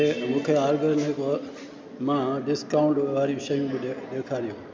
मूंखे आर्गेनिक मां डिस्काउंट वारियूं शयूं ॾेखारियो